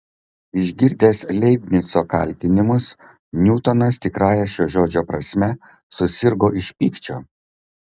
išgirdęs leibnico kaltinimus niutonas tikrąja šio žodžio prasme susirgo iš pykčio